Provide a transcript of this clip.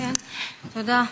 תודה.